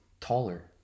taller